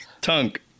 Tunk